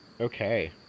Okay